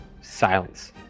silence